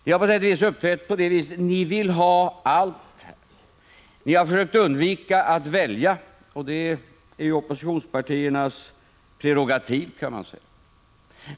Ni har på sätt och vis uppträtt som om ni vill ha allt. Ni har försökt att undvika att välja — det kan man ju säga är oppositionspartiernas prerogativ.